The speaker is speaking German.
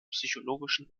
psychologischen